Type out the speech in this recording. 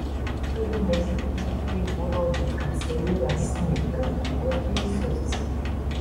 tolimesni įvykiai parodė kad sairas smitas buvo teisus